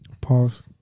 Pause